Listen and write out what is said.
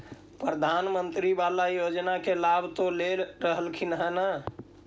प्रधानमंत्री बाला योजना के लाभ तो ले रहल्खिन ह न?